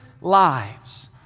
lives